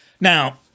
Now